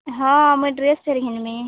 ହଁ ମୁଇଁ ଡ୍ରେସ୍ ଫେର୍ ଘିନ୍ମି